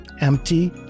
empty